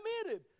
committed